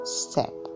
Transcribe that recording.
step